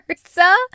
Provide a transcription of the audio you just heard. versa